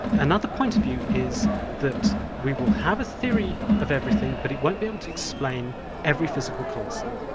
another point of view is that we will have a theory of everything but it won't be able to explain every physical constant,